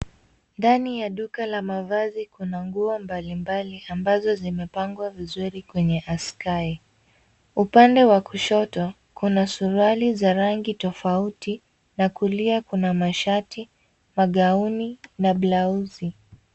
Ndani ya duka la mavazi kuna nguo mbali mbali ambazo zimepangwa vizuri kwenye askai . Upande wa kushoto kuna suruali za rangi tofauti na kulia kuna: mashati, magauni na blausi.